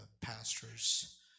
pastors